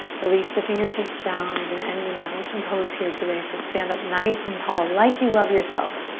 release the fingertips down. we're gonna end in mountain pose here today. so stand up nice and tall like you love yourself.